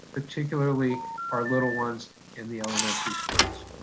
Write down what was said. particularly our little ones in the elementary schools.